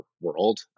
world